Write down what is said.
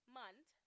month